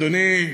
אדוני,